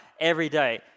everyday